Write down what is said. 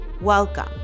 Welcome